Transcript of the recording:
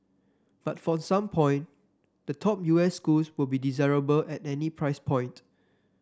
but for some point the top U S schools will be desirable at any price point